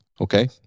Okay